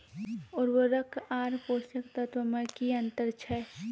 उर्वरक आर पोसक तत्व मे की अन्तर छै?